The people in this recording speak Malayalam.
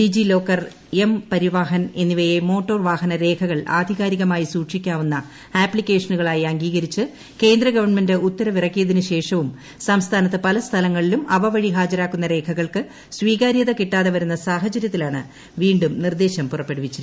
ഡിജി ലോക്കർ എം പരിവാഹൻ എന്നിവയെ മോട്ടോർ വാഹന രേഖകൾ ആധികാരികമായി സൂക്ഷിക്കാവുന്ന ആപ്തിക്കേഷനുകളായി അംഗീകരിച്ച് കേന്ദ്ര ഗവൺമെന്റ് ഉത്തരവിറക്കിതിനു ശേഷവും സംസ്ഥാനത്ത് പലസ്ഥലങ്ങളിലും അവ വഴി ഹാജരാക്കുന്ന രേഖകൾക്ക് സ്വീകാര്യത കിട്ടാതെ വരുന്ന സാഹചര്യത്തിലാണ് വീണ്ടും നിർദ്ദേശം പുറപ്പെടുവിച്ചിരിക്കുന്നത്